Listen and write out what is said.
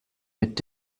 mit